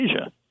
Asia